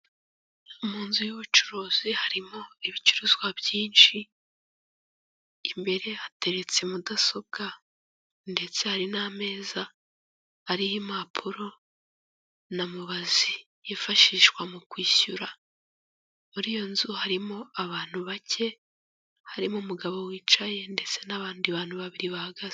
Mu nzu y'ubucuruzi harimo ibicuruzwa byinshi, imbere hateretse mudasobwa, ndetse hari n'ameza ariho impapuro, na mubazi yifashishwa mu kwishyura, muri iyo nzu harimo abantu bake, harimo umugabo wicaye, ndetse n'abandi bantu babiri bahagaze.